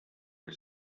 que